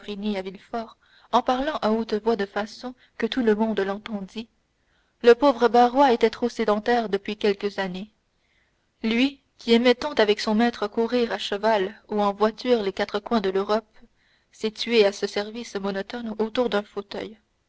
en parlant à haute voix de façon que tout le monde l'entendît le pauvre barrois était trop sédentaire depuis quelques années lui qui aimait tant avec son maître à courir à cheval ou en voiture les quatre coins de l'europe il s'est tué à ce service monotone autour d'un fauteuil